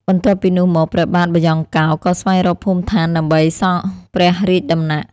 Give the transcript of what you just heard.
បន្ទាប់ពីនោះមក ព្រះបាទបាយ៉ង់កោរក៏ស្វែងរកភូមិឋានដើម្បីសង់ព្រះរាជដំណាក់។